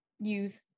use